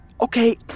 Okay